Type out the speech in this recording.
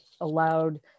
allowed